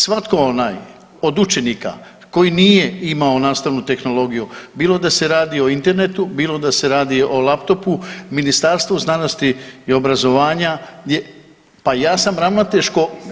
Svatko onaj od učenika koji nije imao nastavnu tehnologiju, bilo da se radi o internetu, bilo da se radi o laptopu, Ministarstvo znanosti i obrazovanja, je … [[Upadica: Ne razumije se.]] pa ja sam ravnatelj